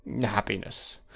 Happiness